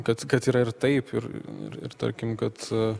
kad kad yra ir taip ir ir tarkim kad